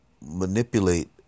manipulate